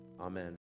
Amen